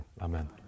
Amen